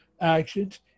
actions